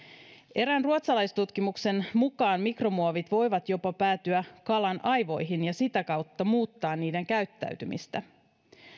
erään ruotsalaistutkimuksen mukaan mikromuovit voivat jopa päätyä kalojen aivoihin ja sitä kautta muuttaa niiden käyttäytymistä